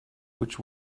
which